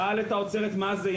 רגע, רגע, שאל את האוצרת מה זה?